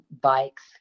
bikes